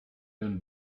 been